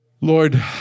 Lord